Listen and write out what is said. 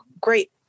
great